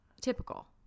typical